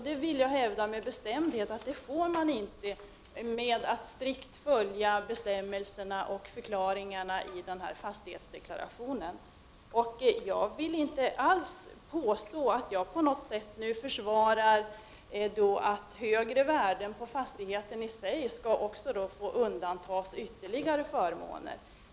Jag vill med bestämdhet hävda att man inte åstadkommer det genom att strikt följa de bestämmelser och förklaringar som gäller för fastighetsdeklarationen. Jag vill inte alls hävda att ett högre värde på en fastighet bör föranleda några särskilda förmåner.